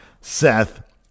Seth